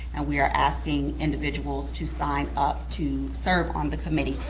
and we are asking individuals to sign up to serve on the committee.